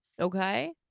Okay